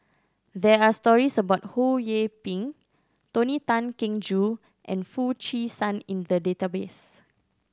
there are stories about Ho Yee Ping Tony Tan Keng Joo and Foo Chee San in the database